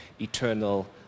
eternal